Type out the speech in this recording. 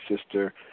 sister